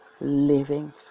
living